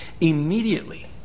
Immediately